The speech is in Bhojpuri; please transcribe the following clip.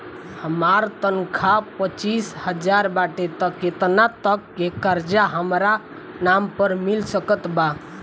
हमार तनख़ाह पच्चिस हज़ार बाटे त केतना तक के कर्जा हमरा नाम पर मिल सकत बा?